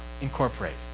incorporate